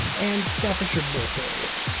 and staffordshire bull terrier,